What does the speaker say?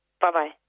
Bye-bye